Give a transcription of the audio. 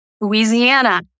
Louisiana